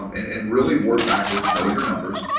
um and and really work backwards. know your numbers.